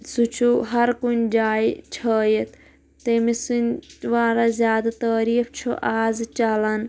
سہُ چھُ ہَر کُنہِ جایہِ چھٲیِتھ تٔمۍ سنٛدۍ واریاہ زِیادٕ تعریٖف چھِ آزٕ چَلان